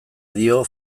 dio